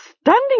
standing